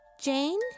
Jane